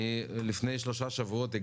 לפני שלושה שבועות,